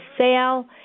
sale